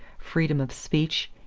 freedom of speech,